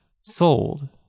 sold